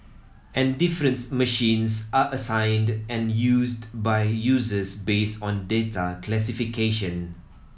and different machines are assigned and used by users based on data classification